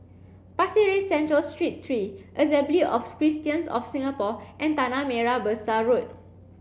Pasir Ris Central Street three Assembly of Christians of Singapore and Tanah Merah Besar Road